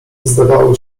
zdawały